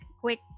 quick